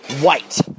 white